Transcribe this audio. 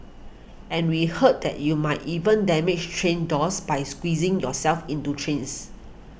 and we heard that you might even damage train doors by squeezing yourself into trains